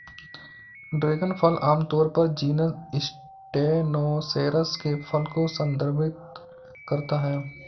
dragon फल आमतौर पर जीनस स्टेनोसेरेस के फल को संदर्भित करता है